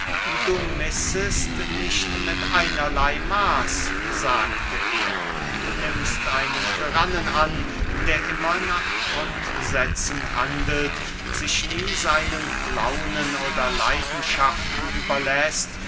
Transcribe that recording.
du missest nicht mit einerley maß sagte er du nimmst einen tyrannen an der immer nach grundsätzen handelt sich nie seinen launen oder leidenschaften überläßt